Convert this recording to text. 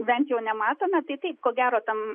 bent jau nematome taitaip ko gero tam